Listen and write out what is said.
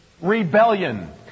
Rebellion